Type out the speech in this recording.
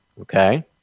Okay